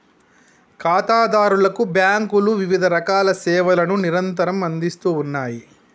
ఖాతాదారులకు బ్యాంకులు వివిధరకాల సేవలను నిరంతరం అందిస్తూ ఉన్నాయి